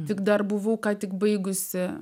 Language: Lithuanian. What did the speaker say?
tik dar buvau ką tik baigusi